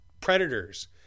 Predators